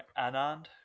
Anand